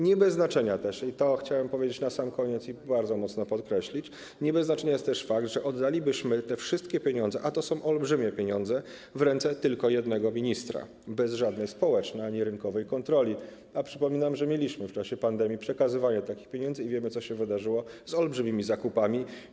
Nie bez znaczenia też jest fakt - to chciałem powiedzieć na sam koniec i bardzo mocno podkreślić - że oddalibyśmy te wszystkie pieniądze, a to są olbrzymie pieniądze, w ręce tylko jednego ministra, bez żadnej społecznej ani rynkowej kontroli, a przypominam, że mieliśmy w czasie pandemii przekazywanie takich pieniędzy, i wiemy, co się wydarzyło z olbrzymimi zakupami.